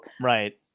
Right